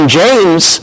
james